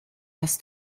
las